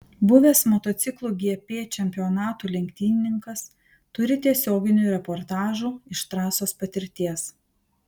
buvęs motociklų gp čempionatų lenktynininkas turi tiesioginių reportažų iš trasos patirties